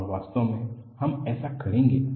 और वास्तव में हम ऐसा करेंगे